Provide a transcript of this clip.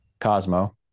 Cosmo